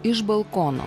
iš balkono